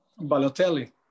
balotelli